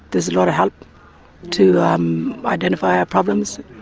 there's a lot of help to um identify our problems,